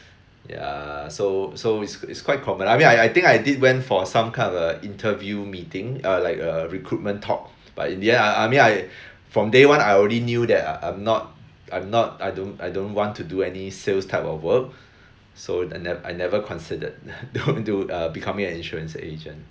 ya so so it's it's quite common I mean I I think I did went for some kind of a interview meeting uh like a recruitment talk but in the end I mean I from day one I already knew that I I'm not I'm not I don't I don't want to do any sales type of work so I ne~ I never considered into uh becoming an insurance agent